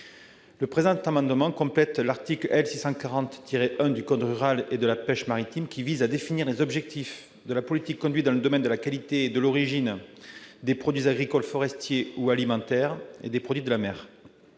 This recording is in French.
Le présent amendement vise compléter l'article L. 640-1 du code rural et de la pêche maritime qui vise à définir les objectifs de la « politique conduite dans le domaine de la qualité et de l'origine des produits agricoles, forestiers ou alimentaires et des produits de la mer